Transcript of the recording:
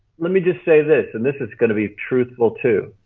let me just say this and this is going to be truthful too.